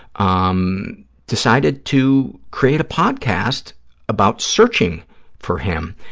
um decided to create a podcast about searching for him.